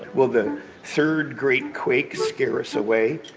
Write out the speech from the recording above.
will the third great quake scare us away?